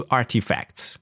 artifacts